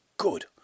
Good